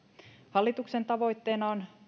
hallituksen tavoitteena on